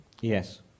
Yes